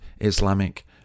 Islamic